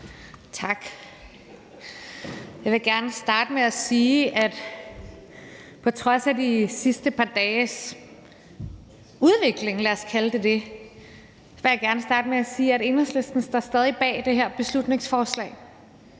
Tak. Jeg vil gerne starte med at sige, at på trods af de sidste par dages udvikling – lad os kalde det det – står Enhedslisten stadig bag det her beslutningsforslag,